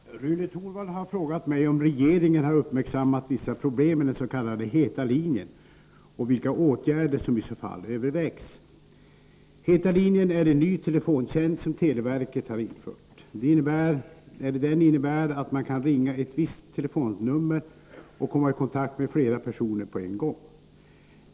Herr talman! Rune Torwald har frågat mig om regeringen har uppmärksammat vissa problem med dens.k. ”heta linjen” och vilka åtgärder som i så fall övervägs. ”Heta linjen” är en ny telefontjänst som televerket har infört. Den innebär att man kan ringa ett visst telefonnummer och komma i kontakt med flera personer på en gång.